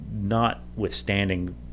notwithstanding